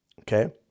okay